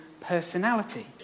personality